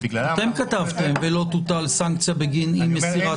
אתם כתבתם שלא תוטל סנקציה בגין אי-מסירת